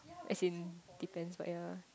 as in depends lah ya